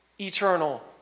eternal